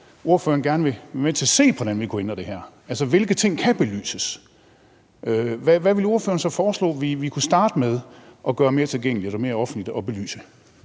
ordføreren gerne vil være med til at se på, hvordan vi kunne ændre det her, og hvilke ting der kan belyses, hvordan ville ordføreren så foreslå vi kunne starte med at få belyst det og gøre det mere tilgængeligt og mere offentligt? Kl.